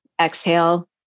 exhale